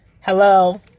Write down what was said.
Hello